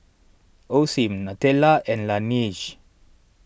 Osim Nutella and Laneige